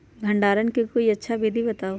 भंडारण के कोई अच्छा विधि बताउ?